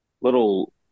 little